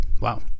Wow